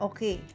Okay